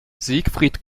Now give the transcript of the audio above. siegfried